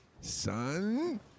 son